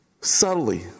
subtly